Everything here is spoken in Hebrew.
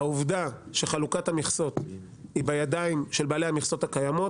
העובדה שחלוקת המכסות היא בידיים של בעלי המכסות הקיימות,